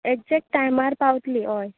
exact टायमार पावतली हय